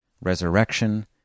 Resurrection